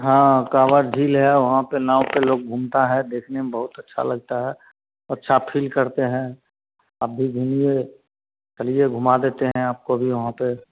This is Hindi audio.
हाँ कावड़ झील है वहाँ पर नाव पर लोग घूमता है देखने में बहुत अच्छा लगता है अच्छा फील करते हैं आप भी घूमिए चलिए घुमा देते हैं आपको भी वहाँ पर